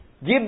give